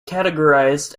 categorized